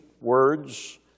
words